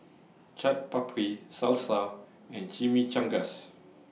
Chaat Papri Salsa and Chimichangas